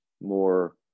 More